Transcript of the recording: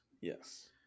Yes